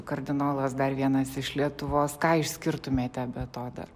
kardinolas dar vienas iš lietuvos ką išskirtumėte be to dar